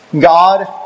God